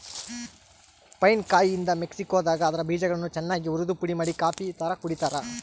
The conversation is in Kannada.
ಪೈನ್ ಕಾಯಿಯಿಂದ ಮೆಕ್ಸಿಕೋದಾಗ ಅದರ ಬೀಜಗಳನ್ನು ಚನ್ನಾಗಿ ಉರಿದುಪುಡಿಮಾಡಿ ಕಾಫಿತರ ಕುಡಿತಾರ